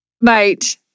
Mate